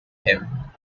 him